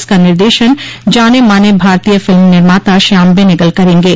इसका निर्देशन जाने माने भारतीय फिल्म निर्माता श्याम बेनेगल करेंगे